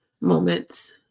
moments